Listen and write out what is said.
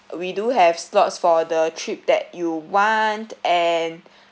we do have slots for the trip that you want and